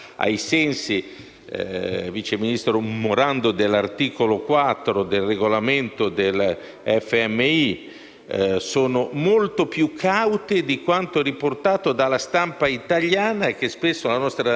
sono molto più caute di quanto riportato dalla stampa italiana (che spesso mette dei titoli per vendere i giornali e il contenuto dell'articolo è diametralmente opposto